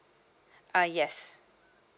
uh yes